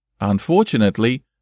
Unfortunately